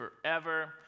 forever